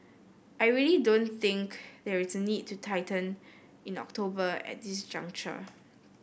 I really don't think there is a need to tighten in October at this juncture